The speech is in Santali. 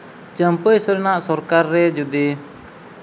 ᱪᱟᱹᱢᱯᱟᱹᱭ ᱥᱚᱨᱮᱱᱟᱜ ᱥᱚᱨᱠᱟᱨ ᱨᱮ ᱡᱩᱫᱤ